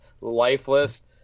lifeless